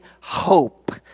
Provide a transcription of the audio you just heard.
hope